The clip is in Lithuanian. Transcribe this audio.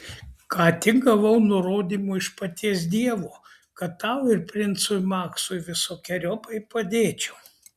ką tik gavau nurodymų iš paties dievo kad tau ir princui maksui visokeriopai padėčiau